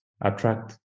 attract